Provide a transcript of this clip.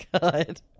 God